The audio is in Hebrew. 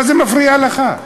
מה זה מפריע לך?